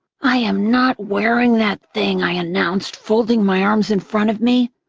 i am not wearing that thing, i announced, folding my arms in front of me.